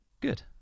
Good